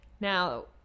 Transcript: Now